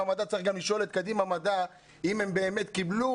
אבל אתה צריך לשאול את קדימה מדע אם הם באמת קיבלו